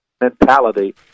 mentality